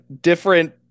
Different